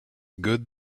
good